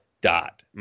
dot